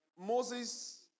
Moses